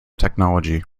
technology